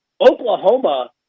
Oklahoma